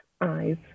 eyes